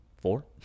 Four